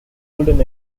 golden